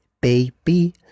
baby